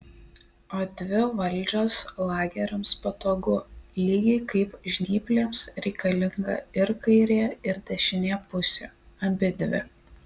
o dvi valdžios lageriams patogu lygiai kaip žnyplėms reikalinga ir kairė ir dešinė pusė abidvi